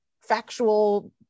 factual